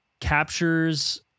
captures